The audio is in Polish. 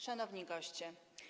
Szanowni Goście!